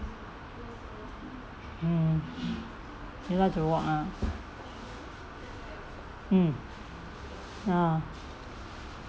mm you like to walk ah mm ah